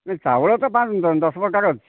ନାଇଁ ଚାଉଳ ତ ପାଞ୍ଚ ଦଶ ପ୍ରକାର ଅଛି